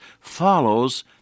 follows